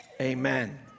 amen